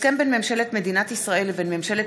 הסכם בין ממשלת מדינת ישראל לבין ממשלת